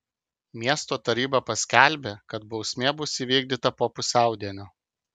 miesto taryba paskelbė kad bausmė bus įvykdyta po pusiaudienio